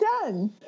done